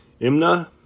Imna